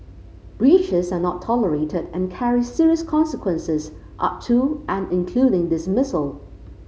breaches are not tolerated and carry serious consequences up to and including dismissal